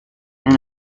and